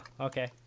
okay